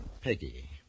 Peggy